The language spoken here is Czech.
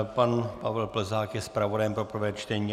Pan Pavel Plzák je zpravodajem pro prvé čtení.